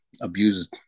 abuses